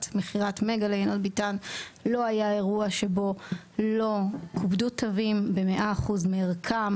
מכירת מגה ליינות ביתן לא היה אירוע שבו לא כובדו תווים ב-100% מערכם.